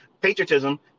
Patriotism